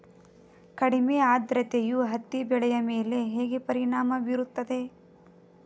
ಕಡಿಮೆ ಆದ್ರತೆಯು ಹತ್ತಿ ಬೆಳೆಯ ಮೇಲೆ ಹೇಗೆ ಪರಿಣಾಮ ಬೀರುತ್ತದೆ?